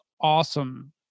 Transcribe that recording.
awesome